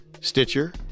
Stitcher